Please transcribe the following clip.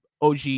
OG